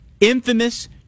infamous